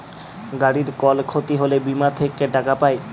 গাড়ির কল ক্ষতি হ্যলে বীমা থেক্যে টাকা পায়